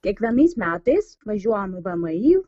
kiekvienais metais važiuojam į vmi